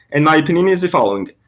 and my opinion is the following.